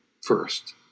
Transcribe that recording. first